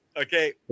Okay